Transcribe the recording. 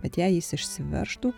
bet jei jis išsiveržtų